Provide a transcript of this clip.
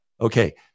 Okay